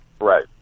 Right